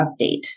update